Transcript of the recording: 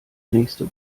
nächste